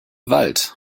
wald